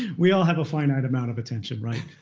we all have a finite amount of attention, right?